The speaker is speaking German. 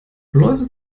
läuse